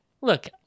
look